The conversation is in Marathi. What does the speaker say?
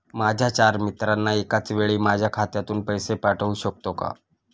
माझ्या चार मित्रांना एकाचवेळी माझ्या खात्यातून पैसे पाठवू शकतो का?